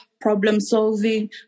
Problem-solving